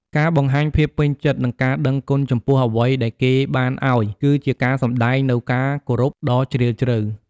ការបង្ហាញភាពពេញចិត្ត និងការដឹងគុណចំពោះអ្វីដែលគេបានឲ្យ គឺជាការសម្តែងនូវការគោរពដ៏ជ្រាលជ្រៅ។